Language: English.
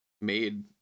made